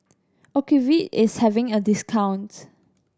Ocuvite is having a discount